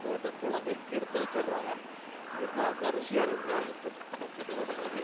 போட்டுக் குழம்பயே கெடுத்து வெச்சுர்றாங்க என்னமோ அதான் ருசியாக இருக்குதுங்கிறாங்க இப்போத்து இப்போத்து பசங்களுக்கு